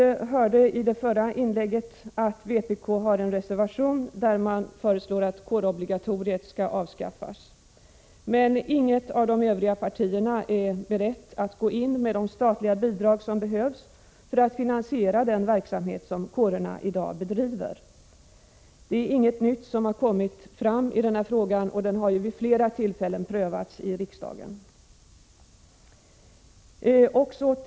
Vi hörde i det förra inlägget att vpk har en reservation, där man föreslår att kårobligatoriet skall avskaffas. Men inget av de övriga partierna är berett att gå in med de statliga bidrag som behövs för att finansiera den verksamhet som kårerna i dag bedriver. Inget nytt har kommit fram i frågan, som vid flera tillfällen har prövats av riksdagen.